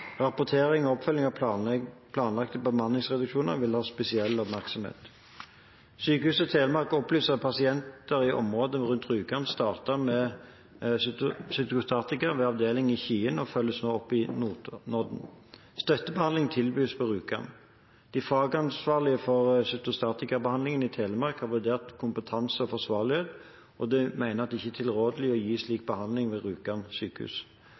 Rapportering og oppfølging av planlagte bemanningsreduksjoner vil ha spesiell oppmerksomhet. Sykehuset Telemark opplyser at pasienter i området rundt Rjukan starter med cytostatika ved avdeling i Skien og følges nå opp på Notodden. Støttebehandling tilbys på Rjukan. De fagansvarlige for cytostatikabehandlingen i Telemark har vurdert kompetanse og forsvarlighet, og de mener at det ikke er tilrådelig å gi slik behandling ved Rjukan sykehus.